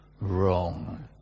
wrong